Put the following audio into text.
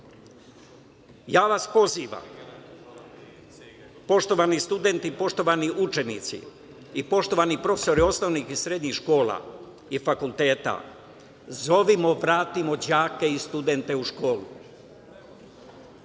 ja vas pozivam, poštovani studenti, poštovani učenici i poštovani profesori osnovnih i srednjih škola i fakulteta, zovimo, vratimo đake i studente u školu.